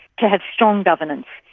to have strong governance,